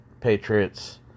patriots